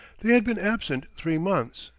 they had been absent three months.